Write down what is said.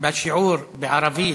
בשיעור בערבית,